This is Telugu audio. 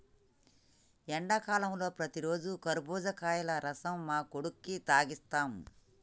ఎండాకాలంలో ప్రతిరోజు కర్బుజకాయల రసం మా కొడుకుకి తాగిస్తాం